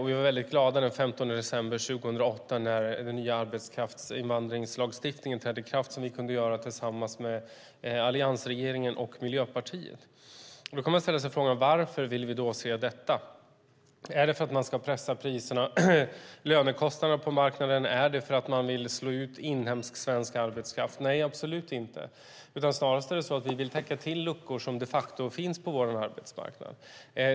Vi var väldigt glada den 15 december 2008 när den nya lagstiftning om arbetskraftsinvandring trädde i kraft som alliansregeringen och Miljöpartiet kunde utarbeta tillsammans. Då kan man ställa sig frågan varför vi ville se detta. Är det för att man ska pressa lönekostnaderna på marknaden? Är det för att man vill slå ut inhemsk, svensk arbetskraft? Nej, absolut inte. Snarast är det så att vi vill täppa till luckor som de facto finns på vår arbetsmarknad.